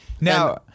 Now